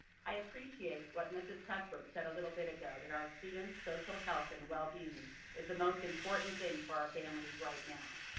i appreciate what ms. cuthbert said a little bit ago, that our students' social health and well-being is the most important thing for our families right now.